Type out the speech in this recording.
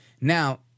Now